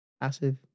passive